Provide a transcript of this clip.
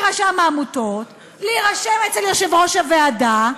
ברשם העמותות, להירשם אצל יושב-ראש הוועדה.